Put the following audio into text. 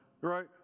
right